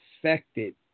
affected